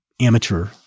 amateur